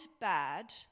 bad